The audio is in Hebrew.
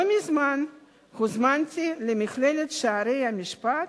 לא מזמן הוזמנתי למכללת "שערי משפט"